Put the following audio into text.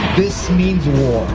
this means